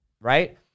right